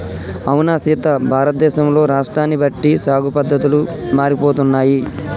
అవునా సీత భారతదేశంలో రాష్ట్రాన్ని బట్టి సాగు పద్దతులు మారిపోతున్నాయి